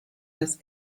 das